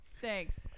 Thanks